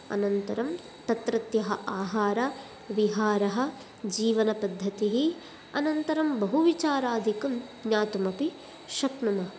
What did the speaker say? अनन्तरं तत्रत्यः आहारविहारः जीवनपद्धतिः अनन्तरं बहुविचारादिकं ज्ञातुमपि शक्नुमः